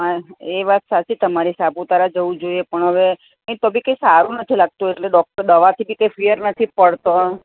હા એ વાત સાચી તમારી સાપુતારા જવું જોઈએ પણ હવે કંઈ તો બી કંઈ સારું નથી લાગતું એટલે ડૉક્ટર દવાથી બી કંઈ ફેર નથી પડતો